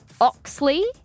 oxley